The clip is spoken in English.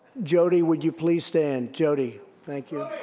jody, would you please stand? jody, thank you.